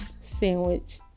sandwich